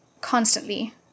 constantly